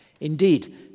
Indeed